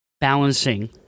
balancing